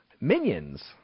Minions